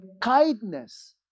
kindness